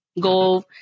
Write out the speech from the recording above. go